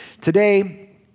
today